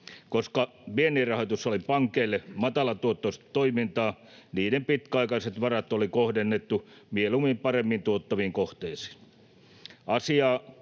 Koska viennin rahoitus oli pankeille matalatuottoista toimintaa, niiden pitkäaikaiset varat oli kohdennettu mieluummin paremmin tuottaviin kohteisiin.